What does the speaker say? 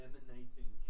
Emanating